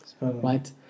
Right